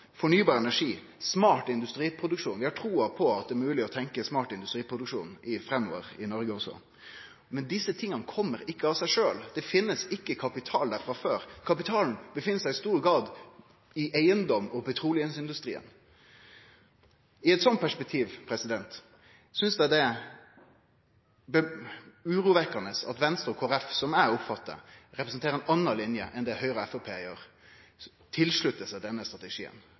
fornybar energi og smart industriproduksjon. Vi har trua på at det er mogleg å tenkje smart industriproduksjon framover i Noreg også. Men desse tinga kjem ikkje av seg sjølv. Det finst ikkje kapital der frå før. Kapitalen er i stor grad i eigedom og petroleumsindustrien. I eit sånt perspektiv synest eg det er urovekkjande at Venstre og Kristeleg Folkeparti – sånn eg oppfattar det – representerer ei anna linje enn det Høgre og Framstegspartiet gjer, at dei sluttar seg til denne strategien,